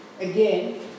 Again